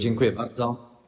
Dziękuję bardzo.